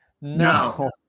no